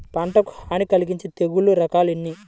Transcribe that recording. పంటకు హాని కలిగించే తెగుళ్ళ రకాలు ఎన్ని?